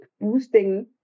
boosting